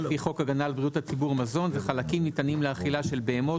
לפי חוק הגנה על בריאות הציבור (מזון) זה חלקים ניתנים לאכילה של בהמות,